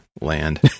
land